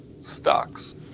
stocks